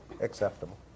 acceptable